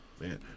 man